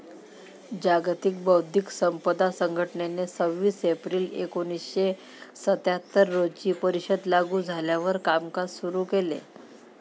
जागतिक बौद्धिक संपदा संघटनेने सव्वीस एप्रिल एकोणीसशे सत्याहत्तर रोजी परिषद लागू झाल्यावर कामकाज सुरू केले